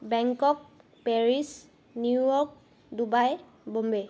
Bangkok Paris New York Dubai Bombay